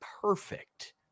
perfect